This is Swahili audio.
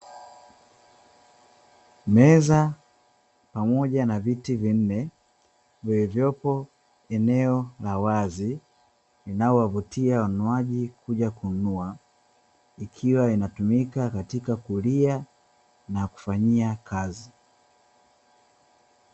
Meza pamoja na viti vinne vilivyopo eneo la wazi inayowavutia wanunuaji kuja kununua, ikiwa inatumika katika kulia na kufanyia kazi.